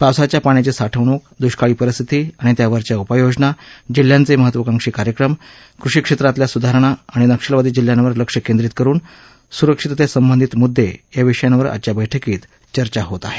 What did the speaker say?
पावसाच्या पाण्याची साठवणूक दुष्काळी परिस्थिती आणि त्यावरच्या उपाययोजना जिल्ह्यांचे महत्त्वांकाक्षी कार्यक्रम कृषि क्षेत्रातल्या सुधारणा आणि नक्षलवादी जिल्ह्यांवर लक्ष केंद्रीत करुन सुरक्षिततेसंबधित मुद्दे याविषयांवर आजच्या बैठकीत चर्चा होईल